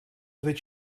that